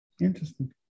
Interesting